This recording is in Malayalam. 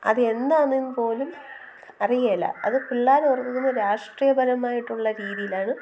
അത് എന്താണെന്ന് പോലും അറിയില്ല പിള്ളേർ ഓർക്കുന്നത് രാഷ്ട്രീയപരമായിട്ടുള്ള രീതിയിലാണ്